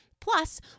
Plus